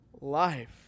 life